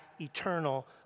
eternal